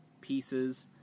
pieces